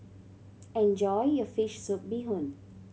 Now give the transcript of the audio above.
enjoy your fish soup bee hoon